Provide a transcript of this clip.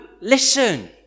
listen